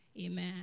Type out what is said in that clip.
Amen